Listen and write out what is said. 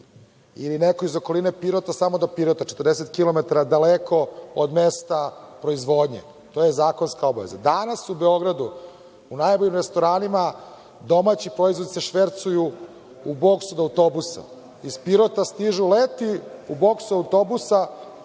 ili neko iz okoline Pirota samo do Pirota, 40 km daleko od mesta proizvodnje. To je zakonska obaveza. Danas u Beogradu u najboljim restoranima domaći proizvodi se švercuju u boks od autobusa. Iz Pirota stiže leti u boks autobusa